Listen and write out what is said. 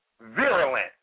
virulent